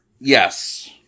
Yes